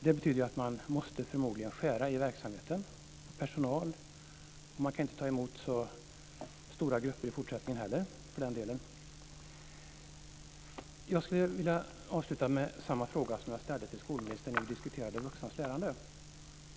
Det betyder att man förmodligen måste skära i verksamheten, minska personalen och inte heller kan ta emot så stora grupper i fortsättningen. Jag skulle vilja avsluta med samma fråga som jag ställde till skolministern när vi diskuterade Vuxnas lärande.